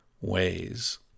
ways